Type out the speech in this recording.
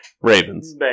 Ravens